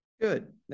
Good